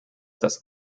das